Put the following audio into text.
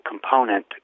component